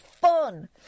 fun